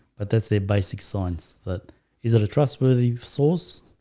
but that's their basic science but is it a trustworthy source?